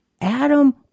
Adam